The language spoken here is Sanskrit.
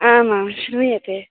आमां श्रूयते